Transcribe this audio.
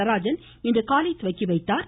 நடராஜன் இன்று காலை தொடங்கி வைத்தார்